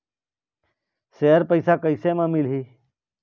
Share पैसा कैसे म मिलही?